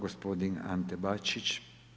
Gospodin Ante Bačić.